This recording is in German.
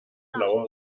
blauer